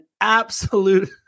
absolute